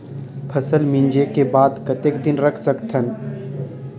फसल मिंजे के बाद कतेक दिन रख सकथन?